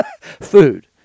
Food